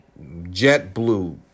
JetBlue